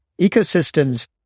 Ecosystems